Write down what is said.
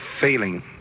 feeling